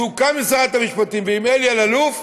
סוכם עם שרת המשפטים ועם אלי אלאלוף,